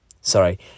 Sorry